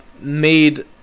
made